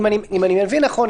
אם אני מבין נכון,